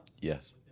Yes